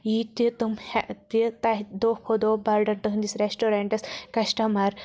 یہِ تہِ تِم دۄہ کھۄتہٕ دۄہ بَڑٕ تُہٕندِس رٮ۪سٹورٮ۪نٛٹَس کسٹٕمَر